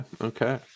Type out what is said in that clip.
okay